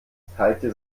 teilte